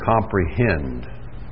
comprehend